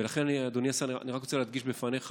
ולכן, אדוני השר, אני רק רוצה להדגיש בפניך,